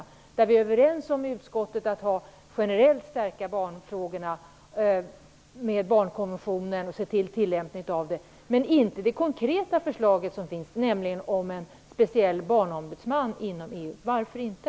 Vi är överens i utskottet om att generellt stärka barnfrågorna med tillämpningen av barnkonventionen, men inte om det konkreta förslaget om en speciell barnombudsman inom EU. Varför inte?